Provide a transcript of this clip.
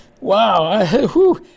wow